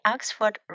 Oxford